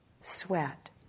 sweat